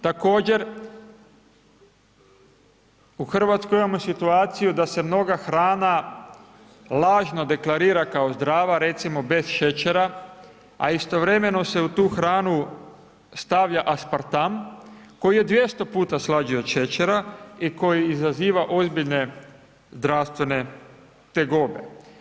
Također u Hrvatskoj imamo situaciju da se mnoga hrana lažno deklarira kao zdrava recimo bez šećera, a istovremeno se u tu hranu stavlja aspartam koji je 200 puta slađi od šećera i koji izaziva ozbiljne zdravstvene tegobe.